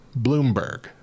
Bloomberg